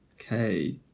Okay